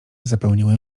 zapełniły